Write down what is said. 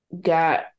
got